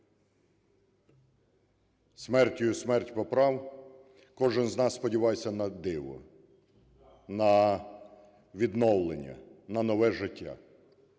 смертю смерть поправ, кожен з нас сподівається на диво: на відновлення, на нове життя.